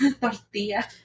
Tortilla